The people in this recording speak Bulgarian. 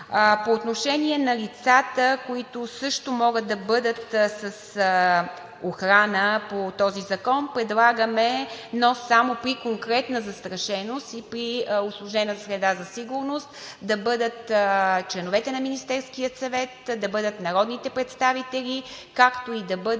По отношение на лицата, които също могат да бъдат с охрана по този закон, предлагаме, но само при конкретна застрашеност и при усложнена среда за сигурност, да бъдат членовете на Министерския съвет, да бъдат народните представители, както и да бъдат